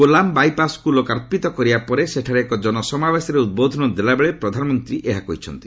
କୋଲାମ୍ ବାଇପାସ୍କୁ ଲୋକାର୍ପିତ କରିବା ପରେ ସେଠାରେ ଏକ ଜନସମାବେଶରେ ଉଦ୍ବୋଧନ ଦେଲାବେଳେ ପ୍ରଧାନମନ୍ତ୍ରୀ ଏହା କହିଛନ୍ତି